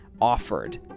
offered